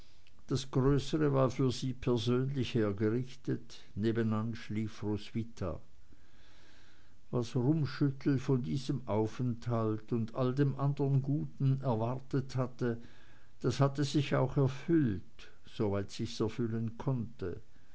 das größere war für sie persönlich hergerichtet nebenan schlief roswitha was rummschüttel von diesem aufenthalt und all dem andern guten erwartet hatte das hatte sich auch erfüllt soweit sich's erfüllen konnte